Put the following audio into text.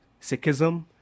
Sikhism